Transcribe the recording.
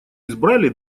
избрали